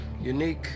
unique